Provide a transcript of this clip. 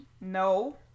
No